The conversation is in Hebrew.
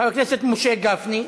חבר הכנסת משה גפני,